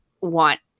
want